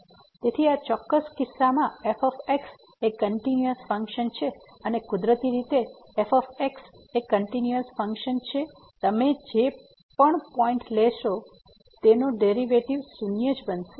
તેથી આ ચોક્કસ કિસ્સામાં f એ કંટીન્યુયસ ફંક્શન છે અને કુદરતી રીતે f એ કંટીન્યુયસ ફંક્શન છે તમે જે પણ પોઈન્ટ લેશો તેનો ડેરિવેટિવ શૂન્ય જ બનશે